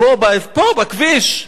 פה בכביש,